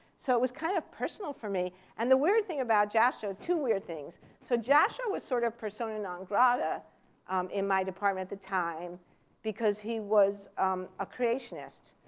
so it was kind of personal for me. and the weird thing about jastrow two weird things. so jastrow was sort of persona non grata in my department at the time because he was a creationist.